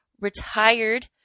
retired